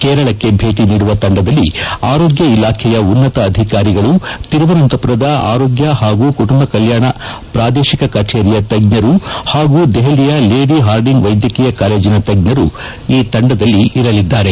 ಕೇರಳಕ್ಕೆ ಭೇಟಿ ನೀಡುವ ತಂಡದಲ್ಲಿ ಆರೋಗ್ಯ ಇಲಾಖೆಯ ಉನ್ನತ ಅಧಿಕಾರಿಗಳು ತಿರುವನಂತಪುರದ ಆರೋಗ್ಯ ಹಾಗೂ ಕುಟುಂಬ ಕೆಲ್ಯಾಣ ಪ್ರಾದೇಶಿಕ ಕಚೇರಿಯ ತಜ್ಞರು ಹಾಗೂ ದೆಹಲಿಯ ಲೇಡಿ ಹಾರ್ಡಿಂಗ್ ವೈದ್ಯಕೀಯ ಕಾಲೇಜಿನ ತಜ್ಞರು ಈ ತಂಡದಲ್ಲಿ ಇರಲಿದ್ದಾರೆ